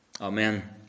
Amen